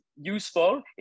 useful